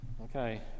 Okay